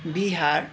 Bihar